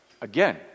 again